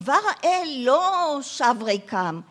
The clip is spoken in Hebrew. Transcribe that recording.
דבר האל לא שב ריקם.